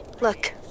Look